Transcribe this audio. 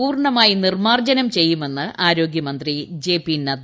പൂർണ്ണമായും നിർമ്മാർജ്ജനം ചെയ്യുമെന്ന് ആരോഗ്യമന്ത്രി ജെ പി നദ്ദ